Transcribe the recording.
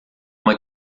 uma